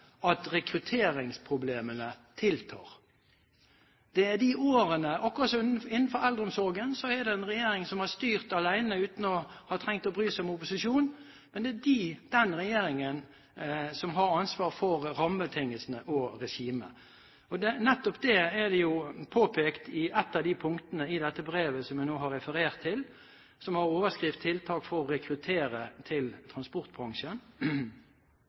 at rekrutteringsproblemene har tiltatt, akkurat som innenfor eldreomsorgen. Det er en regjering som har styrt alene uten å ha trengt å bry seg om opposisjonen. Men det er den regjeringen som har ansvar for rammebetingelsene og regimet. Nettopp det er påpekt i ett av punktene i det brevet som jeg nå har referert til, som har overskriften «Tiltak for rekruttering til transportbransjen».